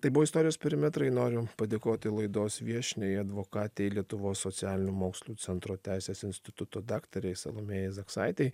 tai buvo istorijos perimetrai noriu padėkoti laidos viešniai advokatei lietuvos socialinių mokslų centro teisės instituto daktarei salomėjai zaksaitei